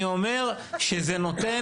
אני אומר שזה נותן